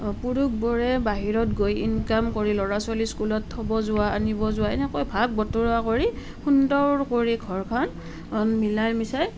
পুৰুষবোৰে বাহিৰত গৈ ইনকাম কৰি ল'ৰা ছোৱালী স্কুলত থ'ব যোৱা আনিব যোৱা এনেকৈ ভাগ বতৰা কৰি সুন্দৰ কৰি ঘৰখন মিলাই মিচাই